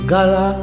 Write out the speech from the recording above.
Gala